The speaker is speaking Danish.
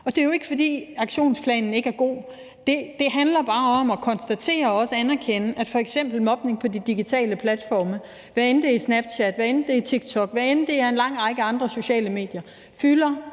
Det er jo ikke, fordi aktionsplanen ikke er god. Det handler bare om at konstatere og også anerkende, at f.eks. mobning på de digitale platforme, hvad enten det er i Snapchat, TikTok eller en lang række andre sociale medier, fylder